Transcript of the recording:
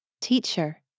Teacher